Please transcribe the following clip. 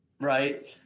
right